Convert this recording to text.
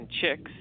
chicks